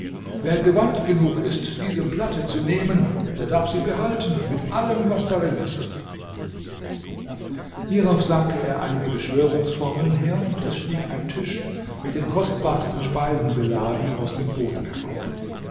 wer gewandt genug ist diese platte zu nehmen der darf sie behalten mit allem was darin ist hierauf sagte er einige beschwörungsformeln her und es stieg ein tisch mit den kostbarsten speisen beladen aus dem boden herauf